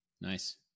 Nice